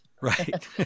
Right